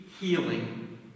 healing